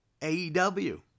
AEW